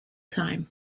time